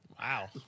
Wow